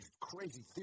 crazy